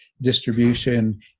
distribution